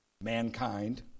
mankind